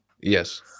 Yes